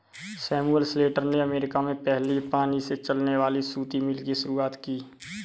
Samuel Slater ने America में पहली पानी से चलने वाली सूती मिल की शुरुआत की